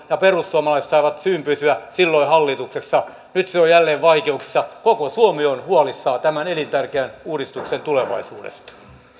ja perussuomalaiset saivat syyn pysyä silloin hallituksessa nyt se on jälleen vaikeuksissa koko suomi on huolissaan tämän elintärkeän uudistuksen tulevaisuudesta